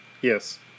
Yes